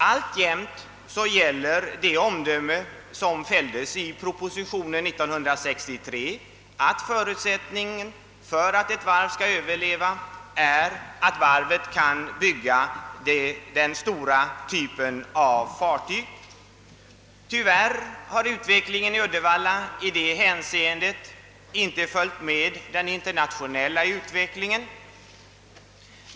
Alltjämt gäller dock det omdöme som fälldes i propositionen år 1963 att förutsättningen för att ett varv skall överleva är att varvet kan bygga den stora typen av fartyg. Tyvärr har utvecklingen i Uddevalla i det hänseendet inte följt med den internationella utvecklingen.